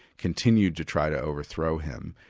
continued to try to overthrow him,